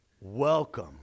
Welcome